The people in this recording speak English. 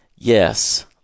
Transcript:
Yes